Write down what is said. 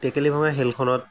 টেকেলি ভঙা খেলখনত